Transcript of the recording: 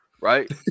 right